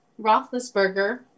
Roethlisberger